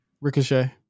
Ricochet